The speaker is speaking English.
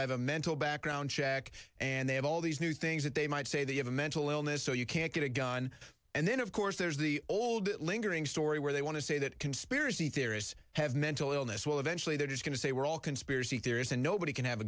have a mental background check and they have all these new things that they might say they have a mental illness so you can't get a gun and then of course there's the old lingering story where they want to say that conspiracy theorists have mental illness will eventually that is going to say we're all conspiracy theories and nobody can have a